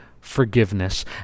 forgiveness